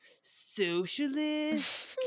socialist